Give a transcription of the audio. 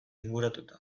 inguratuta